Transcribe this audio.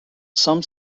some